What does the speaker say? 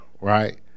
right